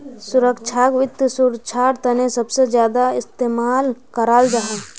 सुरक्षाक वित्त सुरक्षार तने सबसे ज्यादा इस्तेमाल कराल जाहा